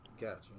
gotcha